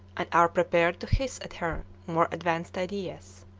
and are prepared to hiss at her more advanced ideas.